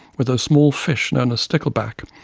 with those small fish known as stickleback,